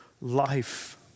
life